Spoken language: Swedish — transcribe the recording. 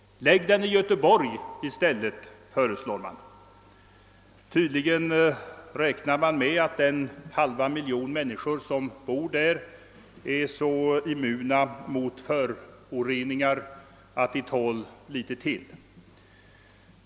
Lägg den i Göteborg i stället, föreslår man. Tydligen räknar man med att den halva miljon människor som bor där är så immun mot föroreningar att den tål litet till.